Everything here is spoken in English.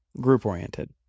group-oriented